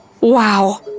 Wow